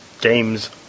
games